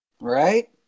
right